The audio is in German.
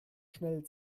schnell